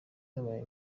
byabaye